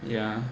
yeah